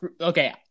okay